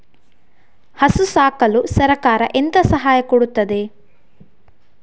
ಹಸು ಸಾಕಲು ಸರಕಾರ ಎಂತ ಸಹಾಯ ಕೊಡುತ್ತದೆ?